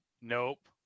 Nope